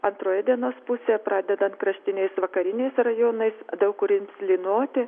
antroje dienos pusėje pradedant kraštiniais vakariniais rajonais daug kur ims lynoti